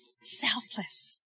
Selfless